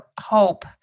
hope